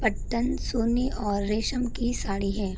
पट्टन सोने और रेशम की साड़ी है